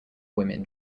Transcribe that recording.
women